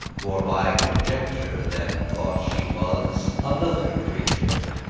for by conjecture them thought she was another creature.